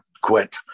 quit